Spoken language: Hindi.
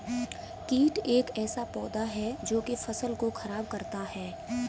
कीट एक ऐसा पौधा है जो की फसल को खराब करता है